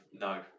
no